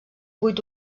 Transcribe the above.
vuit